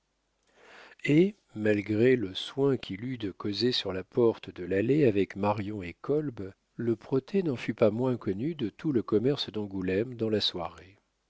et malgré le soin qu'il eut de causer sur la porte de l'allée avec marion et kolb le protêt n'en fut pas moins connu de tout le commerce d'angoulême dans la soirée